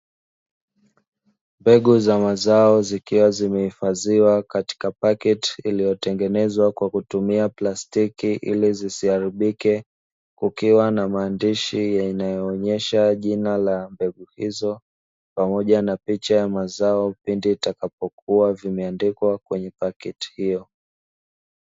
Mbegu za mazao zikiwa zimehifadhiwa katika pakiti iliyotengenezwa kwa kutumia plastiki ili zisiharibike, kukiwa na maandishi yanayoonesha jina la mbegu hizo pamoja na picha ya mazao pindi itakapo kuwa, vimeandikwa kwenye pakiti hiyo.